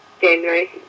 January